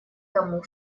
тому